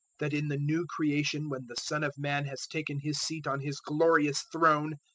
that in the new creation, when the son of man has taken his seat on his glorious throne,